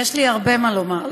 יש לי הרבה מה לומר.